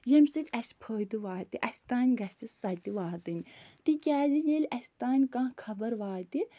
ییٚمہِ سۭتۍ اَسہِ فٲیِدٕ واتہِ اَسہِ تام گژھِ سۄ تہِ واتٕنۍ تِکیٛازِ ییٚلہِ اَسہِ تام کانٛہہ خبر واتہِ